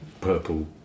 purple